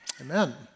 Amen